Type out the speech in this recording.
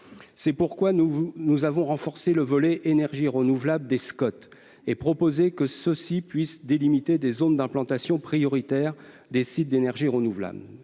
C'est pourquoi nous avons renforcé le volet « énergies renouvelables » des Scot, et proposé que ceux-ci puissent délimiter les zones d'implantation prioritaire des sites d'énergies renouvelables.